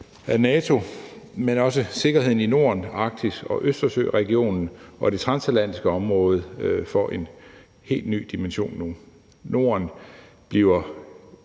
NATO, men også sikkerheden i Norden, Arktis, Østersøregionen og det transatlantiske område får en helt ny dimension nu. Norden bliver